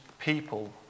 people